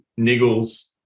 niggles